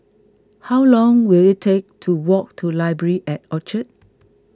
how long will it take to walk to Library at Orchard